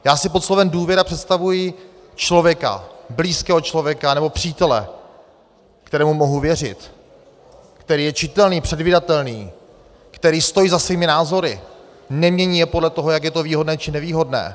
Já si pod slovem důvěra představuji člověka, blízkého člověka nebo přítele, kterému mohu věřit, který je čitelný, předvídatelný, který stojí za svými názory, nemění je podle toho, jak je to výhodné či nevýhodné.